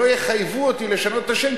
שלא יחייבו אותי לשנות את השם,